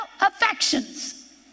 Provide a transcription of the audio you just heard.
affections